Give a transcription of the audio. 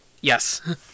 Yes